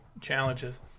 challenges